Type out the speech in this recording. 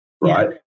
right